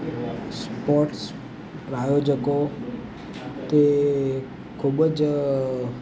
sports પ્રાયોજકો તે ખૂબ જ